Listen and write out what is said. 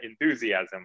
enthusiasm